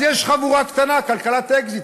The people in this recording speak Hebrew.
אז יש חבורה קטנה, כלכלת אקזיט.